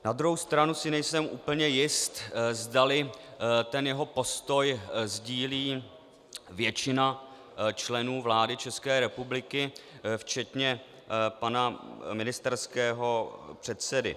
Na druhou stranu si nejsem úplně jist, zdali jeho postoj sdílí většina členů vlády České republiky včetně pana ministerského předsedy.